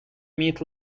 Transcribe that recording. meet